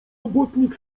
robotnik